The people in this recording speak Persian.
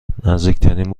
نزدیکترین